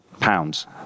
pounds